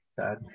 dad